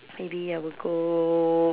maybe I will go